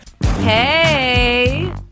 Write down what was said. Hey